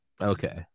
Okay